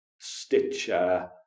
Stitcher